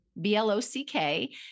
B-L-O-C-K